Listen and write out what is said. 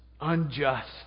unjust